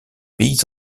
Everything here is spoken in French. pays